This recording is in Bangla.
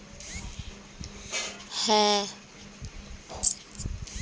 সারা বছরই বিভিন্ন স্থানে চাষের পর নানা উৎসব থাকে